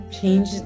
change